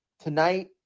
Tonight